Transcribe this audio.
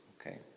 okay